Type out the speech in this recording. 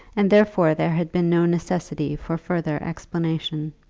and therefore there had been no necessity for further explanation.